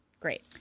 great